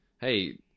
Hey